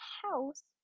house